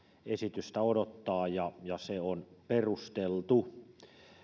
esitystä odottaa ja ja se on perusteltu